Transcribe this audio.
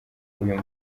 uyu